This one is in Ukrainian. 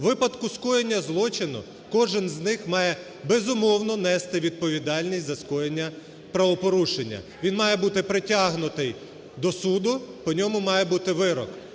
У випадку скоєння злочину кожен з них має, безумовно, нести відповідальність за скоєння правопорушення, він має бути притягнутий до суду, по ньому має бути вирок.